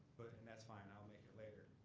and that's fine i'll make it later,